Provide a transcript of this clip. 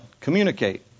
communicate